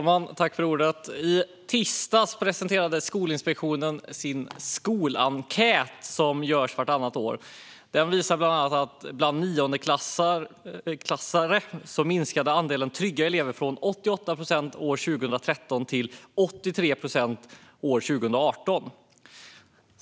Fru talman! I tisdags presenterade Skolinspektionen sin skolenkät som görs vartannat år. Den visar bland annat att andelen trygga elever i nionde klass minskade från 88 procent 2013 till 83 procent 2018.